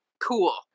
cool